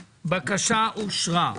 הצבעה הבקשה אושרה.